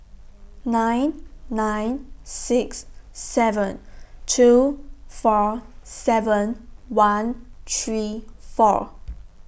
nine nine six seven two four seven one three four